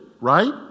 right